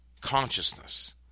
Consciousness